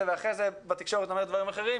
ואחר כך בתקשורת אומרת דברים אחרים.